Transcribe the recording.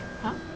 !huh!